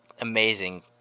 amazing